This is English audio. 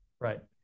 Right